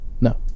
No